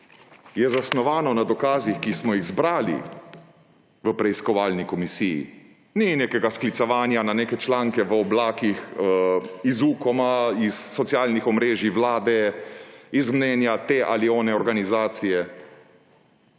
je zasnovano na dokazih, ki smo jih zbrali v preiskovalni komisiji. Ni nekega sklicevanja na neke članke v oblakih, iz Ukoma, socialnih omrežij, Vlade, iz mnenja te ali one organizacije.